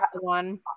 one